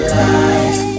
life